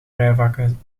rijvakken